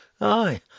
Aye